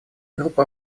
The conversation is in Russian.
группа